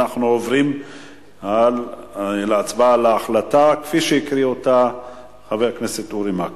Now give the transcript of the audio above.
אנחנו עוברים להצבעה על ההחלטה כפי שהקריא אותה חבר הכנסת אורי מקלב.